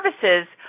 services